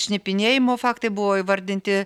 šnipinėjimo faktai buvo įvardinti